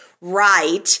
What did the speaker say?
right